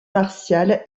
martial